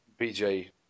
BJ